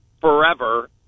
forever